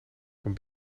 van